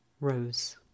Rose